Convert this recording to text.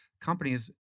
companies